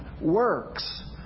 works